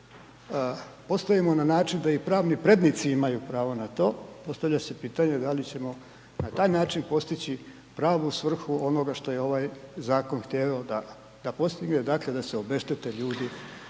postavimo na način da i pravni prednici imaju pravo na to, postavlja se pitanje da li ćemo na taj način postići pravu svrhu onoga što je ovaj zakon htio da postigne da se obeštete ljudi